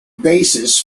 basis